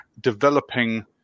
developing